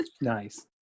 Nice